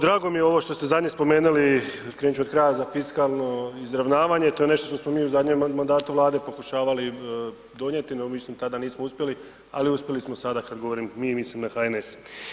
Drago mi je ovo što ste zadnje spomenuli, krenuti ću od kraja, za fiskalno izravnavanje, to je nešto što smo mi u zadnjem mandatu Vlade pokušavali donijeti no mislim tada nismo uspjeli, ali uspjeli smo sada, kada govorim mi, mislim na HNS.